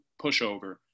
pushover